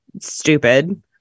stupid